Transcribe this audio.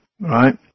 right